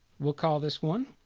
will call this one